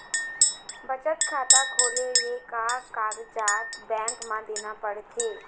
बचत खाता खोले ले का कागजात बैंक म देना पड़थे?